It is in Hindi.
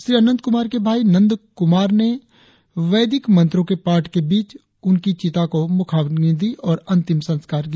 श्री अनंत कुमार के भाई नंद कुमार ने वैदिक मंत्रों के पाठ के बीच चिता को मुखाग्नि दी और अंतिम संस्कार किया